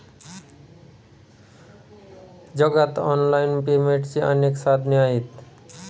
जगात ऑनलाइन पेमेंटची अनेक साधने आहेत